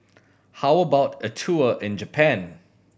how about a tour in Japan